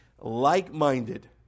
like-minded